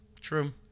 True